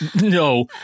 no